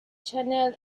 channel